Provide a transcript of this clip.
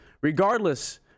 Regardless